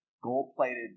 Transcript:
gold-plated